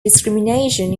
discrimination